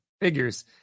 figures